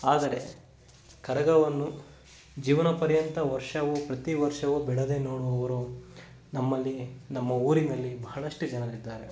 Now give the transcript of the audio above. ಆದರೆ ಕರಗವನ್ನು ಜೀವನ ಪರ್ಯಂತ ವರ್ಷವೂ ಪ್ರತಿವರ್ಷವೂ ಬಿಡದೆ ನೋಡುವವರು ನಮ್ಮಲ್ಲಿ ನಮ್ಮ ಊರಿನಲ್ಲಿ ಬಹಳಷ್ಟು ಜನರಿದ್ದಾರೆ